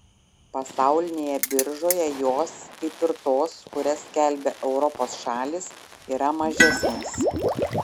pasaulinėje biržoje jos kaip ir tos kurias skelbia europos šalys yra mažesnės